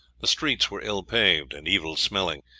the streets were ill-paved and evil-smelling,